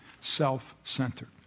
self-centered